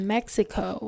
Mexico